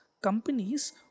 Companies